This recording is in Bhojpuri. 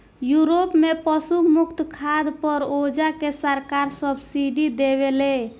यूरोप में पशु मुक्त खाद पर ओजा के सरकार सब्सिडी देवेले